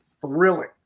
thrilling